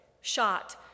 shot